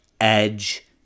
Edge